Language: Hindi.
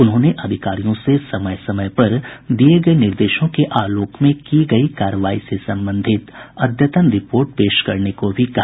उन्होंने अधिकारियों से समय समय पर दिये गये निर्देशों के आलोक में की गयी कार्रवाई से संबंधित अद्यतन रिपोर्ट पेश करने को भी कहा